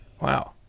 Wow